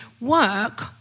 work